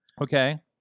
Okay